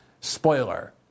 Spoiler